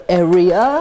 area